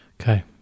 Okay